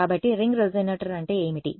కాబట్టి ring resonator అంటే ఏమిటి